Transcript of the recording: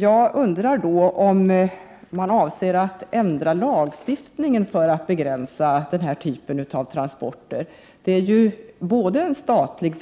Jag undrar om man avser att ändra lagstiftningen gällande den här typen av transporter. Det är både en statlig